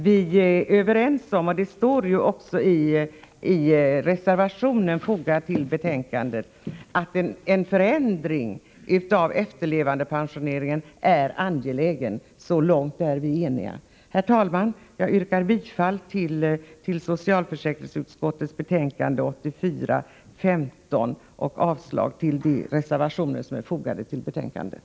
Vi är, som det också står i reservation 3 som är fogad till betänkandet, överens om att en förändring av efterlevandepensioneringen är angelägen. Så långt är vi eniga. Herr talman! Jag yrkar bifall till hemställan i socialförsäkringsutskottets betänkande 1984/85:15 och avslag på de reservationer som är fogade till betänkandet.